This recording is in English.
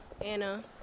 Anna